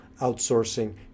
outsourcing